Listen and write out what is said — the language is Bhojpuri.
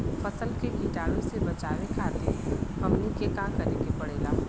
फसल के कीटाणु से बचावे खातिर हमनी के का करे के पड़ेला?